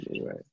Right